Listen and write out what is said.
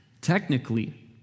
technically